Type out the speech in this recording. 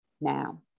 now